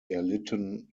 erlitten